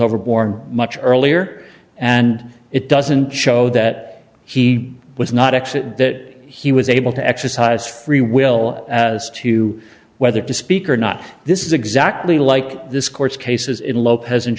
over born much earlier and it doesn't show that he was not exit he was able to exercise free will as to whether to speak or not this is exactly like this court's cases in lopez and